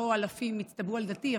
לא אלפים התדפקו על דלתי,